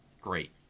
great